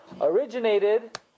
originated